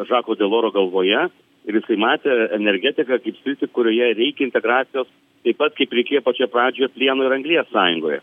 žako deloro galvoje ir jisai matė energetiką kaip sritį kurioje reikia integracijos taip pat kaip reikėjo pačioje pradžioje plieno ir anglies sąjungoje